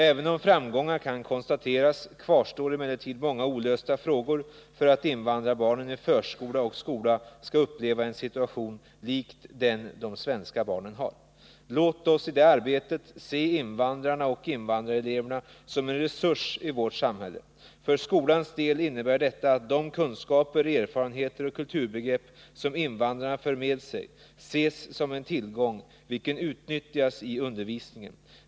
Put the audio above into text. Även om framgångar kan konstateras kvarstår emellertid många olösta frågor för att invandrarbarnen i förskola och skola skall uppleva en situation lik den de svenska barnen har. Låt oss i det arbetet se invandrarna och invandrareleverna som en resurs i vårt samhälle. För skolans del innebär detta att de kunskaper, erfarenheter och kulturbegrepp som invandrarna för med sig ses som en tillgång, vilken utnyttjas i undervisningen.